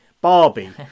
Barbie